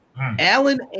Alan